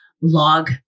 log